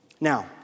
Now